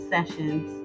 Sessions